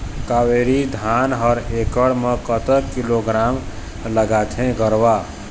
कावेरी धान हर एकड़ म कतक किलोग्राम लगाथें गरवा?